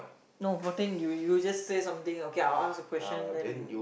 no fourteen you you just say something okay I will ask a question then